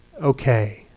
okay